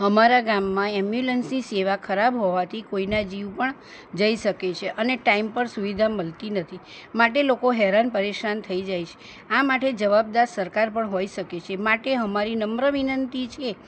અમારા ગામમાં એમ્બ્યુલન્સની સેવા ખરાબ હોવાથી કોઈના જીવ પણ જઈ શકે છે અને ટાઈમ પર સુવિધા મળતી નથી માટે લોકો હેરાન પરેશાન થઈ જાય છે આ માટે જવાબદાર સરકાર પણ હોય શકે છે માટે અમારી નમ્ર વિનંતી છે